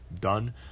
done